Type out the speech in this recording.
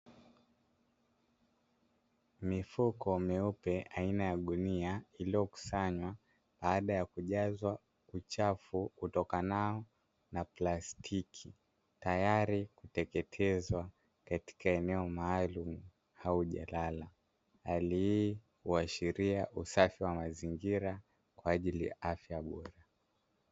Mifuko myeupe aina ya gunia iliyokusanywa baada ya kujazwa uchafu utokanao na plastiki, tayari kuteketezwa katika eneo maalumu au jalala. Hali hii huashiria usafi wa mazingira kwa ajili ya afya bora.